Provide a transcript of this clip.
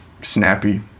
snappy